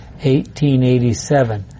1887